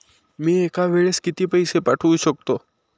मी एका वेळेस किती पैसे पाठवू शकतो?